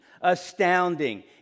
astounding